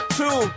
two